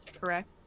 correct